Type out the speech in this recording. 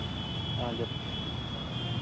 ᱟᱨ ᱡᱚᱛᱚ